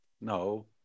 No